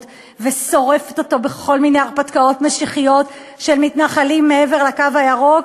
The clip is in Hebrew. ושורפת אותו בכל מיני הרפתקאות משיחיות של מתנחלים מעבר לקו הירוק,